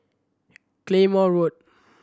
Claymore Road